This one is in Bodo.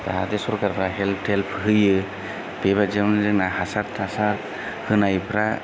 जाहाथे सरखारा हेल्प थेल्फ होयो बेबादियावनो जोंना हासार थासार होनायफ्रा